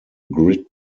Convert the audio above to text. grid